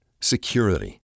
Security